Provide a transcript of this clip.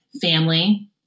family